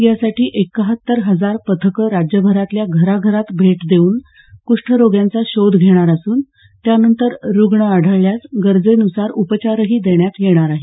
यासाठी एकाहत्तर हजार पथकं राज्यभरातल्या घराघरात भेट देऊन कुष्ठरोग्यांचा शोध घेणार असून त्यानंतर रुग्ण आढळल्यास गरजेन्सार उपचारही देण्यात येणार आहेत